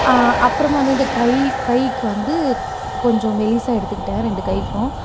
அப்பறமாக வந்து இந்த கை கைக்கு வந்து கொஞ்சம் மெல்லிசாக எடுத்துக்கிட்டேன் கொஞ்சம் ரெண்டு கைக்கும்